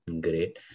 Great